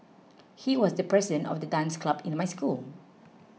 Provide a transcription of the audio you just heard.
he was the president of the dance club in my school